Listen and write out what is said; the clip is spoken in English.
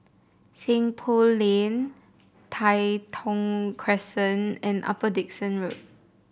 Seng Poh Lane Tai Thong Crescent and Upper Dickson Road